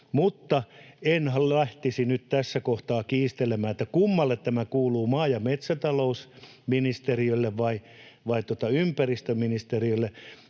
Mutta en lähtisi nyt tässä kohtaa kiistelemään, kummalle tämä kuuluu, maa- ja metsätalousministeriölle vai ympäristöministeriölle.